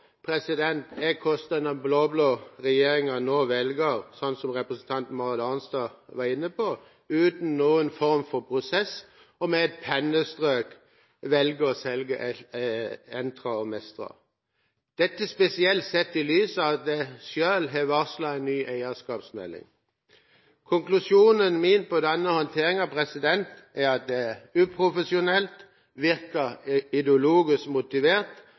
regjeringa nå, som representanten Marit Arnstad var inne på, uten noen form for prosess og med et pennestrøk velger å selge Entra og Mestra. Dette er spesielt, sett i lys av at de selv har varslet ei ny eierskapsmelding. Konklusjonen min om denne håndteringen er at det er uprofesjonelt, virker ideologisk motivert